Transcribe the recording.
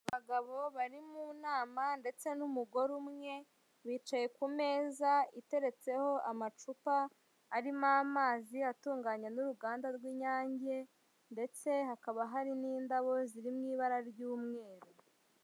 Abagabo bari mu nama ndetse n'umugore umwe. Bicaye ku meza itereretseho amacupa arimo amazi, atunganywa n'uruganda rw'Inyange, ndetse hakaba hari n'indabo zirimo ibara ry'umweru.